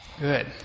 Good